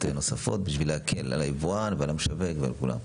נוספות בשביל להקל על היבואן ועל המשווק ועל כולם.